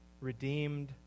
redeemed